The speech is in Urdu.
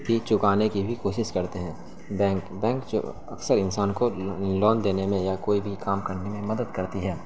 چکانے کی بھی کوشش کرتے ہیں بینک بینک جو اکثر انسان کو لون دینے میں یا کوئی بھی کام کرنے میں مدد کرتی ہے